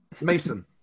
Mason